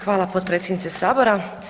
Hvala potpredsjednice Sabora.